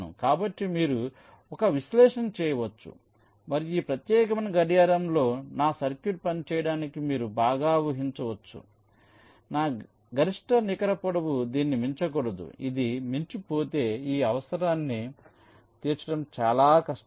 కాబట్టి మీరు ఒక విశ్లేషణ చేయవచ్చు మరియు ఈ ప్రత్యేకమైన గడియారంలో నా సర్క్యూట్ పని చేయడానికి మీరు బాగా ఊహించ వచ్చు నా గరిష్ట నికర పొడవు దీన్ని మించకూడదు ఇది మించిపోతే ఈ అవసరాన్ని తీర్చడం కష్టం